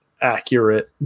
accurate